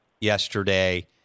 yesterday